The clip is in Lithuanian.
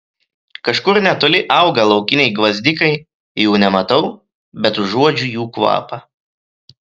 kažkur netoli auga laukiniai gvazdikai jų nematau bet užuodžiu jų kvapą